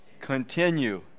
continue